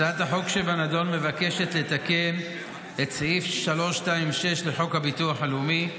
הצעת החוק שבנדון מבקשת לתקן את סעיף 326 לחוק הביטוח הלאומי,